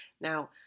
now